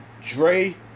Dre